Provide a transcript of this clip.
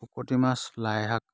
শুকতি মাছ লাইশাক